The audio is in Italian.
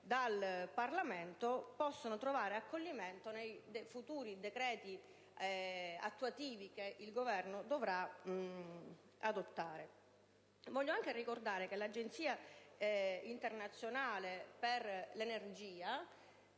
dal Parlamento possano trovare accoglimento nei futuri decreti attuativi che il Governo dovrà adottare. Voglio anche far presente che l'Agenzia internazionale per l'energia